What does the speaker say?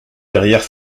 derrière